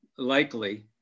likely